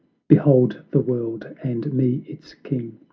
behold the world, and me its king!